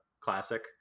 classic